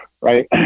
right